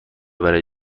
برای